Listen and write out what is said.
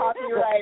copyright